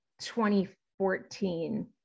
2014